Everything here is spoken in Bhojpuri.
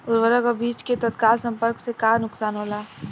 उर्वरक अ बीज के तत्काल संपर्क से का नुकसान होला?